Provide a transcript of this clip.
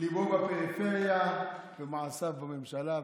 ליבו בפריפריה ומעשיו בממשלה,